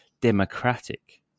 democratic